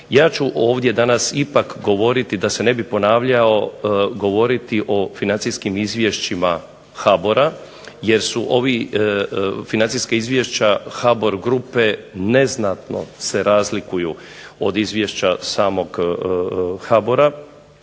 Ja ću ovdje danas ipak govoriti da se ne bi ponavljao govoriti o financijskim izvješćima HBOR-a jer su ova financijska izvješća HBOR grupe neznatno se razlikuju od izvješća samog HBOR-a.